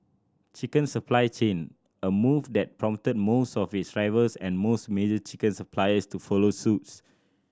chicken supply chain a move that prompted most of its rivals and most major chicken suppliers to follow suits